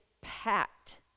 packed